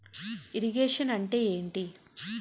Irrigation అంటే ఏంటీ?